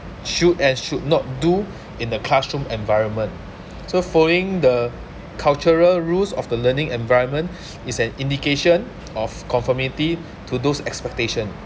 should and should not do in the classroom environment so following the cultural rules of the learning environment is an indication of conformity to those expectation